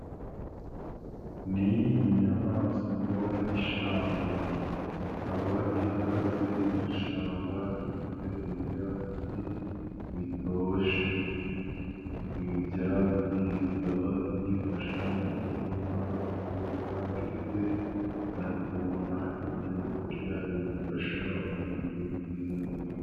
Ni inyamaswa y'ishyamba, ikaba ihagaze mu ishyamba rifite ibyatsi bitoshe, ibi byatsi bikaba biyifasha mu kubona aho kuba ndetse no kubona ibyo kurya biyifasha, umunsi ku munsi.